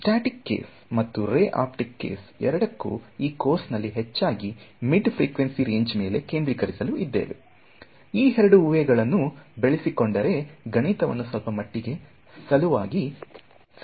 static case ಮತ್ತು ray optic case ಎರಡಕ್ಕೂ ಈ ಕೋರ್ಸ್ ನಲ್ಲಿ ಹೆಚ್ಚಾಗಿ ಮಿಡ್ ಫ್ರಿಕ್ವೆನ್ಸಿ ರೇಂಜ್ ಮೇಲೆ ಕೇಂದ್ರೀಕರಿಸಲು ಇದ್ದೇವೆ ಈ ಎರಡೂ ಊಹೆಗಳನ್ನು ಬೆಳೆಸಿಕೊಂಡರೆ ಗಣಿತವನ್ನು ಸ್ವಲ್ಪಮಟ್ಟಿಗೆ ಸಲುವಾಗಿ ಸಬಹುದು